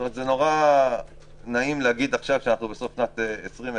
נעים לומר כשאנחנו בסוף שנת 2020,